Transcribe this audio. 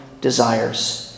desires